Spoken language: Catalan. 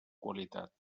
qualitat